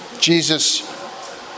Jesus